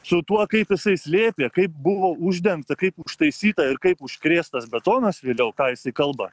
su tuo kaip jisai slėpė kaip buvo uždengta kaip užtaisyta ir kaip užkrėstas betonas ką jisai kalba